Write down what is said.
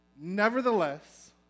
Nevertheless